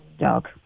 dog